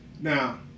now